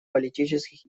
политических